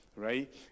right